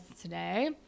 today